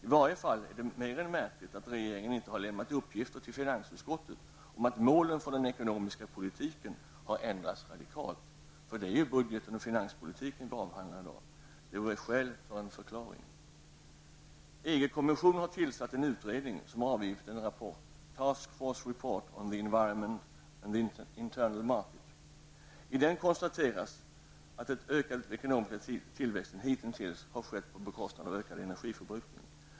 I varje fall är det mer än märkligt att regeringen inte har lämnat uppgifter till finansutskottet om att målen för den ekonomiska politiken har ändrats radikalt. Det är ju budgeten och finanspolitiken som vi avhandlar i dag. En förklaring är verkligen på sin plats. EG-kommissionen har tillsatt en utredning, som har avgivit en rapport, Task Force Report on The Environment and The Internal Market. I den konstateras det att ökad ekonomisk tillväxt hitintills har skett till priset av ökad energiförbrukning.